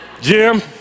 Jim